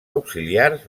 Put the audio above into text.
auxiliars